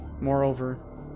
Moreover